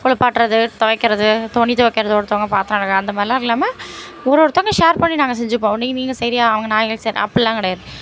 குளிப்பாட்றது துவைக்கிறது துணி துவைக்கிறது ஒருத்தங்க பாத்திரம் கழுவ அந்த மாதிரிலாம் இல்லாமல் ஒரு ஒருத்தங்க ஷேர் பண்ணி நாங்கள் செஞ்சுப்போம் நீ நீங்கள் செய்றியா அவங்க நாளான்னைக்கு செய்கிறது அப்புடில்லாம் கிடையாது